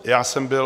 Já jsem byl...